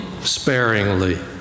sparingly